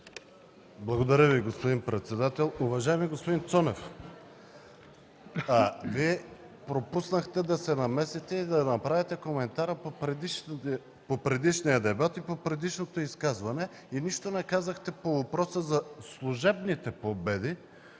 Благодаря Ви, уважаеми господин председател. Уважаеми господин Цонев, Вие пропуснахте да се намесите и да направите коментар по предишния дебат и по предишното изказване. Нищо не казахте по въпроса за служебните победи,